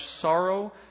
sorrow